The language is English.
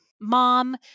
mom